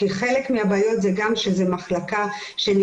נשארת וכמו שאתם רואים הרבה פעמים זה גם מופיע בתקשורת.